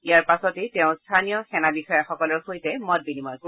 ইয়াৰ পাছতে তেওঁ স্থানীয় সেনাবিষয়াসকলৰ সৈতে মত বিনিময় কৰিব